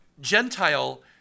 Gentile